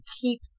keep